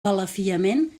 balafiament